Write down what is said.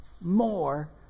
more